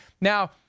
now